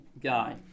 guy